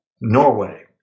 Norway